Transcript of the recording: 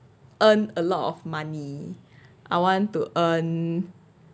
earn a lot of money I want to earn